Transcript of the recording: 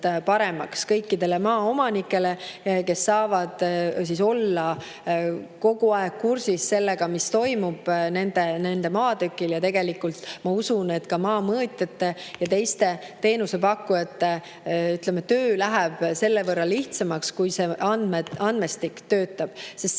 paremaks kõikidele maaomanikele, kes saavad olla kogu aeg kursis, mis toimub nende maatükil. Ja tegelikult ma usun, et ka maamõõtjate ja teiste teenusepakkujate töö läheb selle võrra lihtsamaks, kui see andmestik töötab. Me alati